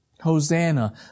Hosanna